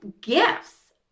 gifts